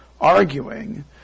arguing